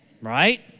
right